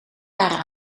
waren